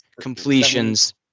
completions